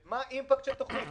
מה היה לכם בירושלים.